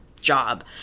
job